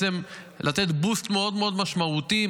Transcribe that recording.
לתת בוסט מאוד מאוד משמעותי,